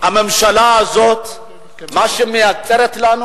הממשלה הזאת מייצרת לנו